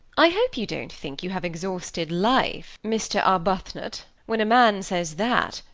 i hope you don't think you have exhausted life, mr. arbuthnot. when a man says that,